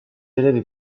élèves